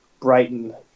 Brighton